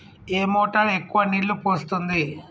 ఏ motor ఎక్కువ నీళ్లు పోస్తుంది?